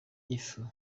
ifu